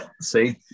see